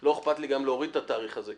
לא אכפת לי גם להוריד את התאריך הזה,